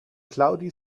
cloudy